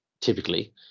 typically